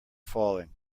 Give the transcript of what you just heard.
falling